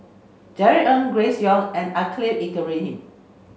Jerry Ng Grace Young and Khalil Ibrahim